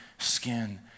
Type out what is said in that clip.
Skin